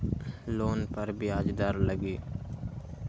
Loan पर ब्याज दर लगी?